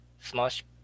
Smash